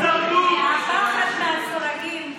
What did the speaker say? הפחד מהסורגים.